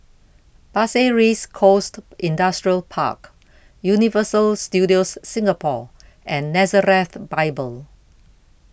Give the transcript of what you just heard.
Pasir Ris Coast Industrial Park Universal Studios Singapore and Nazareth Bible